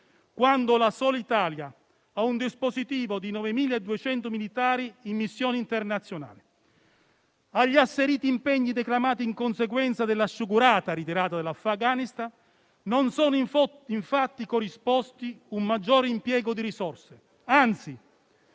quando la sola Italia ha un dispositivo di 9.200 militari in missioni internazionali. Agli asseriti impegni declamati in conseguenza della sciagurata ritirata dall'Afghanistan non è, infatti, corrisposto un maggiore impiego di risorse; anzi,